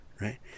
right